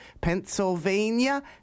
Pennsylvania